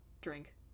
drink